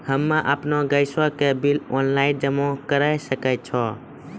हम्मे आपन गैस के बिल ऑनलाइन जमा करै सकै छौ?